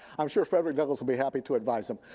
i'm sure frederick douglass would be happy to advise them.